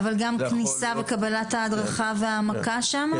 אבל גם כניסה וקבלת הדרכה והעמקה שם?